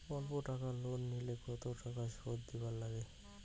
অল্প টাকা লোন নিলে কতো টাকা শুধ দিবার লাগে?